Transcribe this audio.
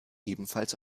ebenfalls